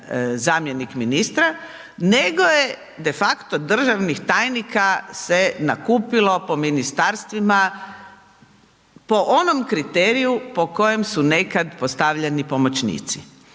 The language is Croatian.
zamjenik ministra, nego je defakto državnih tajnika se nakupilo po ministarstvima po onom kriteriju po kojem su nekad postavljeni pomoćnici.